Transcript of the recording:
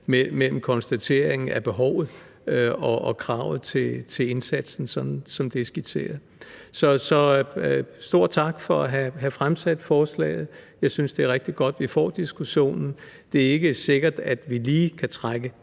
mellem konstateringen af behovet og kravet til indsatsen, sådan som det er skitseret. Så stor tak for at have fremsat forslaget. Jeg synes, det er rigtig godt, at vi får diskussionen. Det er ikke sikkert, at vi lige kan trække